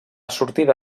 sortida